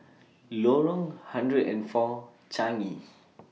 Lorong hundred and four Changi